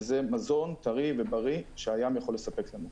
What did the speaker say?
וזה מזון טרי ובריא שהים יכול לספק לנו.